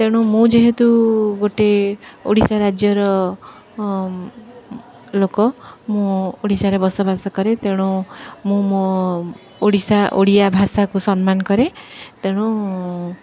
ତେଣୁ ମୁଁ ଯେହେତୁ ଗୋଟେ ଓଡ଼ିଶା ରାଜ୍ୟର ଲୋକ ମୁଁ ଓଡ଼ିଶାରେ ବସବାସ କରେ ତେଣୁ ମୁଁ ମୋ ଓଡ଼ିଶା ଓଡ଼ିଆ ଭାଷାକୁ ସମ୍ମାନ କରେ ତେଣୁ